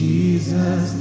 Jesus